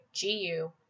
GU